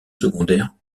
secondaire